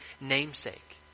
namesake